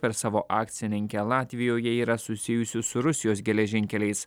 per savo akcininkę latvijoje yra susijusių su rusijos geležinkeliais